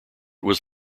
was